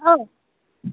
औ